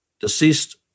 deceased